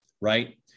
right